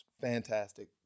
fantastic